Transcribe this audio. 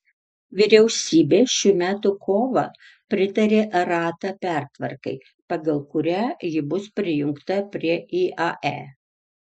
vyriausybė šių metų kovą pritarė rata pertvarkai pagal kurią ji bus prijungta prie iae